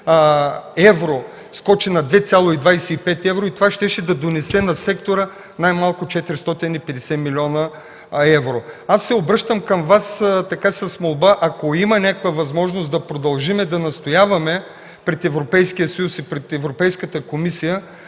скочи на 2,25 евро. Това щеше да донесе на сектора най-малко 450 млн. евро. Обръщам се към Вас с молба – ако има някаква възможност, да продължим да настояваме пред Европейския съюз и пред Европейската комисия,